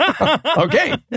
Okay